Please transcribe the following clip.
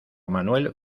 manuel